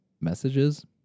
messages